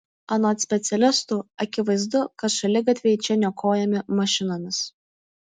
anot specialistų akivaizdu kad šaligatviai čia niokojami mašinomis